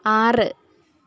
ആറ്